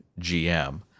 GM